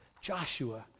Joshua